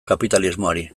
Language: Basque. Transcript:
kapitalismoari